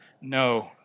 no